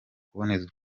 kuboneza